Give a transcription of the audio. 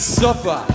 suffer